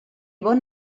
bon